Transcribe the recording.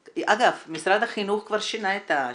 אגב, משרד החינוך כבר שינה את השיטה,